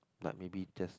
like maybe just